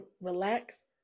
relax